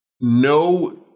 No